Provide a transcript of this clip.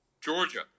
Georgia